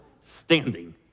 standing